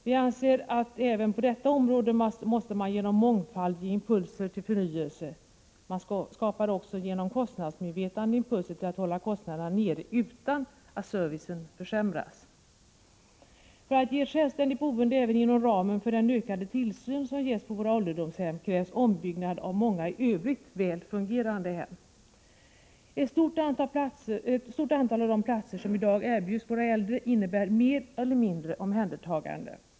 Vi anser att även på detta område måste man genom mångfald ge impulser till förnyelse. Man skapar också genom kostnadsmedvetande impulser till att hålla kostnaderna nere utan att servicen försämras. För att ge ett självständigt boende även inom ramen för den ökade tillsyn som ges på våra ålderdomshem krävs ombyggnad av många i övrigt väl fungerande hem. Ett stort antal av de platser som i dag erbjuds våra äldre innebär mer eller mindre omhändertagande.